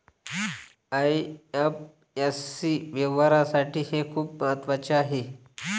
IFSC व्यवहारासाठी हे खूप महत्वाचे आहे